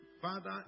Father